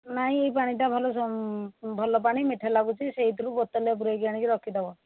ନାହିଁ ଏଇ ପାଣିଟା ଭଲ ଭଲ ପାଣି ମିଠା ଲାଗୁଛି ସେଇଥିରୁ ବୋତଲରେ ପୁରାଇକି ଆଣିକି ରଖିଦେବ